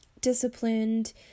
disciplined